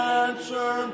answer